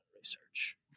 research